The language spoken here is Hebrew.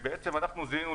הם זינקו